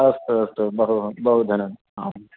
अस्तु अस्तु बहव बहु धन्य आम्